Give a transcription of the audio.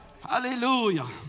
Hallelujah